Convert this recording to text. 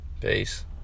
peace